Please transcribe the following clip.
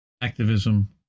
activism